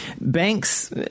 Banks